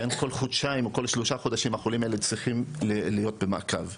כי הם כל חודשיים או כל שלושה חודשים החולים האלה צריכים להיות במעקב.